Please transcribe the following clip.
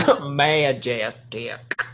Majestic